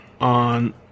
on